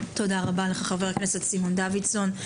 תודה רבה לך, חבר הכנסת סימון דוידסון.